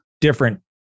different